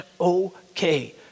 okay